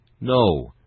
No